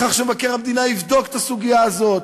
ואני הבאתי לכך שמבקר המדינה יבדוק את הסוגיה הזאת,